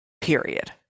period